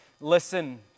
listen